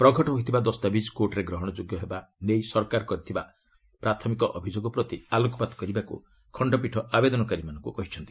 ପ୍ରଘଟ ହୋଇଥିବା ଦସ୍ତାବିଜ୍ କୋର୍ଟରେ ଗ୍ରହଣ ଯୋଗ୍ୟ ହେବା ନେଇ ସରକାର କରିଥିବା ପ୍ରାଥମିକ ଅଭିଯୋଗ ପ୍ରତି ଆଲୋକପାତ କରିବାକୁ ଖଣ୍ଡପୀଠ ଆବେଦନକାରୀମାନଙ୍କୁ କହିଛନ୍ତି